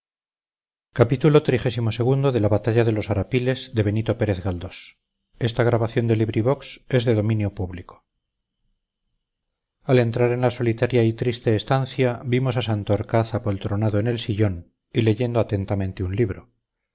rendirse al entrar en la solitaria y triste estancia vimos a santorcaz apoltronado en el sillón y leyendo atentamente un libro